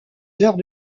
heures